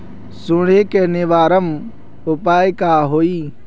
सुंडी के निवारण उपाय का होए?